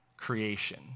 creation